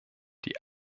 die